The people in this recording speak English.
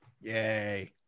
yay